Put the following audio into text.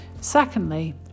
Secondly